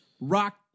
Rock